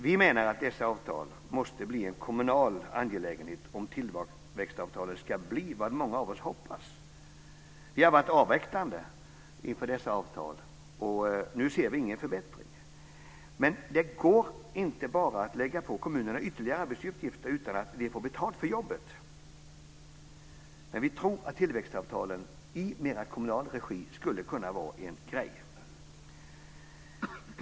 Vi menar att dessa avtal måste bli en kommunal angelägenhet om tillväxtavtalen ska bli vad många av oss hoppas. Vi har varit avvaktande inför dessa avtal, och vi ser ingen förbättring. Det går inte att bara lägga på kommunerna ytterligare arbetsuppgifter utan att de får betalt för jobbet. Men vi tror att tillväxtavtalen i mer kommunal regi skulle kunna vara en grej.